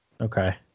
Okay